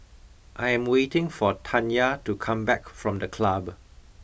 I am waiting for Tanya to come back from the club